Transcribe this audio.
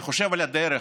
אני חושב על הדרך